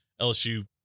lsu